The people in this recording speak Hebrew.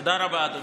תודה רבה, אדוני.